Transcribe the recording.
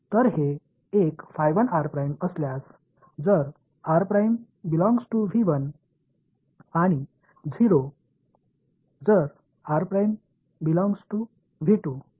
तर हे एक असल्यास जर आणि 0 जर असावे